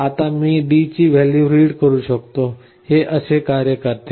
आता मी D ची व्हॅल्यू रीड करू शकते हे असे कार्य करते